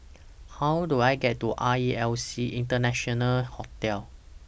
How Do I get to R E L C International Hotel